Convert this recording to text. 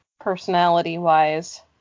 personality-wise